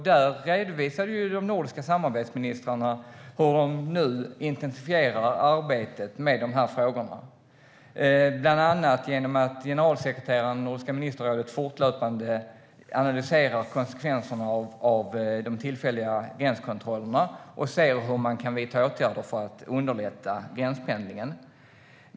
Då redovisade de nordiska samarbetsministrarna hur de nu intensifierar arbetet med de här frågorna, bland annat genom att generalsekreteraren i Nordiska ministerrådet fortlöpande analyserar konsekvenserna av de tillfälliga gränskontrollerna och säger hur man kan vidta åtgärder för att underlätta gränspendlingen.